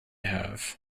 have